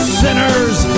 sinners